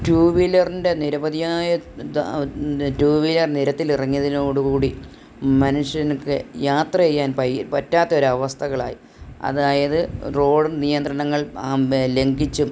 to വീലറിൻ്റെ നിരവധിയായ two wheeler നിരത്തിലിറങ്ങിയതിനോടുകൂടി മനുഷ്യന് യാത്ര ചെയ്യാൻ പറ്റാത്തൊരു അവസ്ഥകളായി അതായത് റോഡ് നിയന്ത്രണങ്ങൾ ലംഘിച്ചും